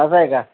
असं आहे का